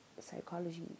psychology